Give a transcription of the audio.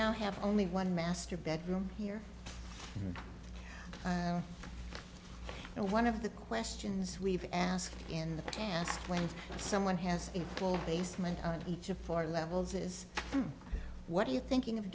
now have only one master bedroom here and one of the questions we've asked in the dance when someone has a full basement on each of four levels is what are you thinking of